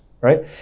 right